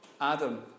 Adam